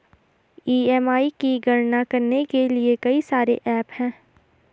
EMI की गणना करने के लिए कई सारे एप्प हैं